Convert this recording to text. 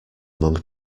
among